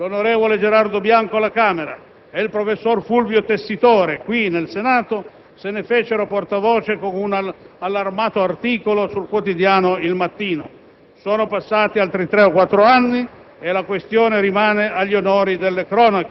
Quando qualche anno fa tornai ad occuparmene, due parlamentari napoletani - l'onorevole Gerardo Bianco, alla Camera e il professor Fulvio Tessitore, qui al Senato - se ne fecero portavoce con un allarmato articolo sul quotidiano «Il Mattino».